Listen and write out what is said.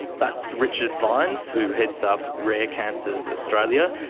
that's richard vines who heads up rare cancers australia.